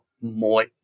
more